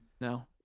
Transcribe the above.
No